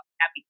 Happy